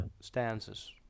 Stanzas